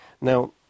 Now